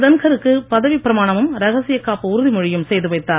தன்கருக்கு பதவிப் பிரமாணமும் ரகசியகாப்பு உறுதிமொழியும் செய்து வைத்தார்